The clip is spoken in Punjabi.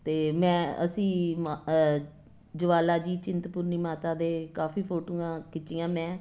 ਅਤੇ ਮੈਂ ਅਸੀਂ ਜਵਾਲਾ ਜੀ ਚਿੰਤਪੁਰਨੀ ਮਾਤਾ ਦੇ ਕਾਫੀ ਫੋਟੋਆਂ ਖਿੱਚੀਆਂ ਮੈਂ